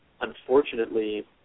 unfortunately